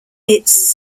its